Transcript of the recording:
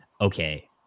okay